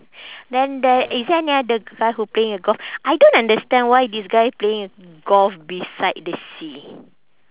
then there is there any other guy who playing a golf I don't understand why this guy playing golf beside the sea